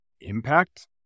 impact